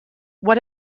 what